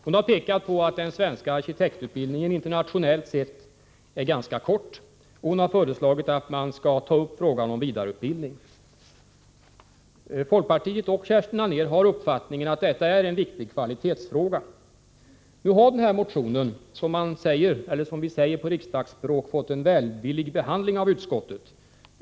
Hon har pekat på att den svenska arkitektutbildningen internationellt sett är ganska kort, och hon har föreslagit att man skall ta upp frågan om vidareutbildning. Folkpartiet och Kerstin Anér har uppfattningen att detta är en viktig kvalitetsfråga. Nu har den här motionen fått en, som vi säger på riksdagsspråk, välvillig behandling av utskottet.